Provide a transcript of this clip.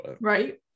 Right